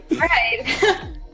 Right